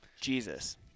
Jesus